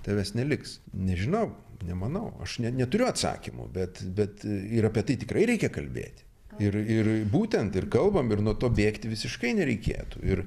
tavęs neliks nežinau nemanau aš ne neturiu atsakymo bet bet ir apie tai tikrai reikia kalbėti ir ir būtent ir kalbam ir nuo to bėgti visiškai nereikėtų ir